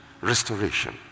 restoration